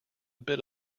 bit